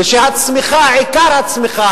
ועיקר הצמיחה,